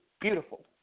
beautiful